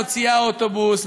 מוציאה אוטובוס,